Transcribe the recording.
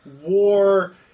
war